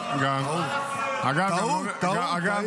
טעות, טעות.